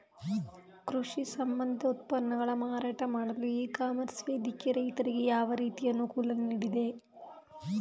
ಕೃಷಿ ಸಂಬಂಧಿತ ಉತ್ಪನ್ನಗಳ ಮಾರಾಟ ಮಾಡಲು ಇ ಕಾಮರ್ಸ್ ವೇದಿಕೆ ರೈತರಿಗೆ ಯಾವ ರೀತಿ ಅನುಕೂಲ ನೀಡಿದೆ?